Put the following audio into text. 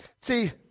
See